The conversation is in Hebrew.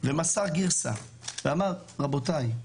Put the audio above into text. ומסר גרסה ואמר 'רבותי,